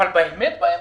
אבל באמת באמת,